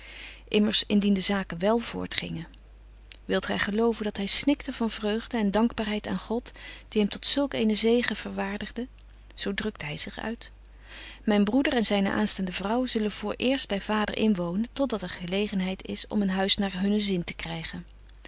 indien de zaken wel voortgingen wilt gy geloven dat hy snikte van vreugde en dankbaarheid aan god die hem tot zulk eenen zegen verwaardigde zo drukte hy zich uit betje wolff en aagje deken historie van mejuffrouw sara burgerhart myn broeder en zyne aanstaande vrouw zullen voor eerst by vader inwonen tot dat er gelegenheid is om een huis naar hunnen zin te krygen